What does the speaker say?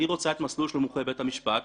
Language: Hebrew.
אני רוצה את המסלול של מומחה בית המשפט,